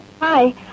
Hi